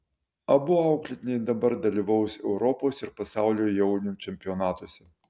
abu auklėtiniai dabar dalyvaus europos ir pasaulio jaunių čempionatuose